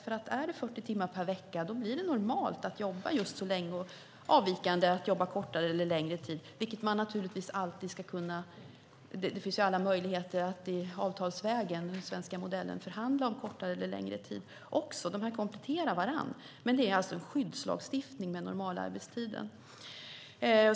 Är det 40 timmar per vecka blir det normalt att jobba just så länge samt avvikande att jobba kortare eller längre tid än det. Det finns alla möjligheter att också avtalsvägen, enligt den svenska modellen, förhandla om kortare eller längre arbetstid. De här möjligheterna kompletterar varandra. Det handlar alltså om en skyddslagstiftning när det gäller normalarbetstiden.